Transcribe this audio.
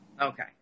Okay